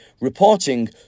reporting